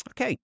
Okay